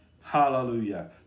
Hallelujah